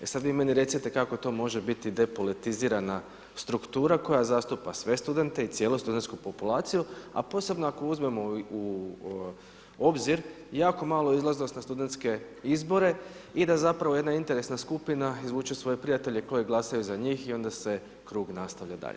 E sada vi meni recite kako to može biti depolitizirana struktura koja zastupa sve studente i cijelu studentsku populaciju, a posebno ako uzmemo u obzir jako malo izlaznost na studentske izbore i da zapravo jedna interesna skupina izvuče svoje prijatelje koji glasaju za njih i onda se krug nastavlja dalje.